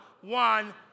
one